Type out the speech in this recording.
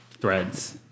threads